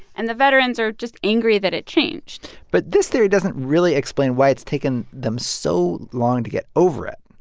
and the veterans are just angry that it changed but this theory doesn't really explain why it's taken them so long to get over it.